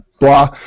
Blah